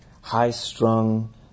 high-strung